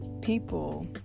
people